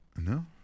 No